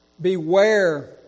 beware